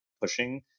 pushing